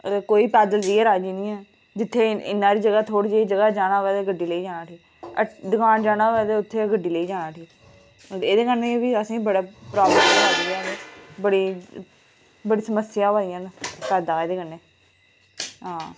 ते कोई पैदल जेइयै राजी नेईं ऐ जित्थै इनें थोह्ड़ी जेही जगह जाना होऐ ते गड्डी लेइयै जाना उठी दकान जाना होऐ ते उत्थै गड्डी लेइयै जाना उठी ते एहदे कन्नै फिह् असेंई बड़ी प्राब्लम अबा दियां ना बड़ी समस्या होआ दी एहदे कन्नै हां